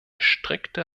strikte